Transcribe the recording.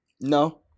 No